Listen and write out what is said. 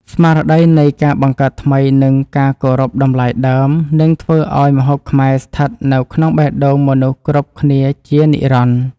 ស្មារតីនៃការបង្កើតថ្មីនិងការគោរពតម្លៃដើមនឹងធ្វើឱ្យម្ហូបខ្មែរស្ថិតនៅក្នុងបេះដូងមនុស្សគ្រប់គ្នាជានិរន្តរ៍។